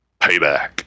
payback